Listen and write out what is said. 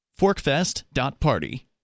Forkfest.party